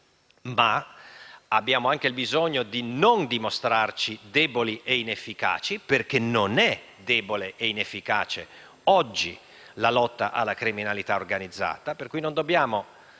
ma abbiamo anche bisogno di non dimostrarci deboli ed inefficaci, perché oggi non è debole e inefficace la lotta alla criminalità organizzata, per cui non dobbiamo